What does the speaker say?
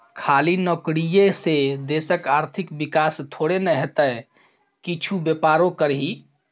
खाली नौकरीये से देशक आर्थिक विकास थोड़े न हेतै किछु बेपारो करही